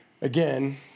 again